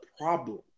problem